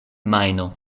majno